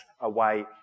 away